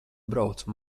braucu